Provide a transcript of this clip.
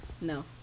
No